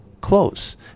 close